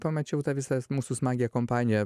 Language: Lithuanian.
pamačiau tą visą mūsų smagią kompaniją